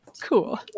Cool